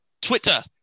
Twitter